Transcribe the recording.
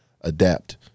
adapt